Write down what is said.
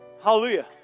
Hallelujah